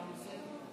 המשותפת?